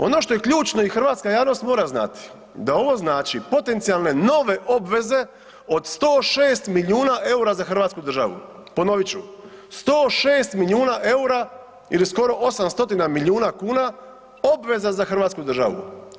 Ono što je ključno i hrvatska javnost mora znati da ovo znači potencijalne nove obveze od 106 milijuna EUR-a za Hrvatsku državu, ponovit ću 106 milijuna EUR-a ili skoro 800 milijuna kuna obveza za Hrvatsku državu.